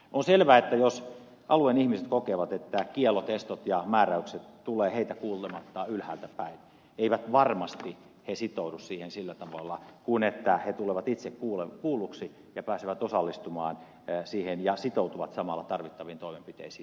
on selvää jos alueen ihmiset kokevat että kiellot estot ja määräykset tulevat heitä kuulematta ylhäältäpäin eivät he varmasti sitoudu siihen sillä tavalla kuin jos he tulevat itse kuulluksi ja pääsevät osallistumaan ja sitoutuvat samalla tarvittaviin toimenpiteisiin